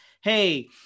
Hey